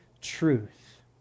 truth